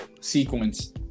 sequence